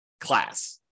class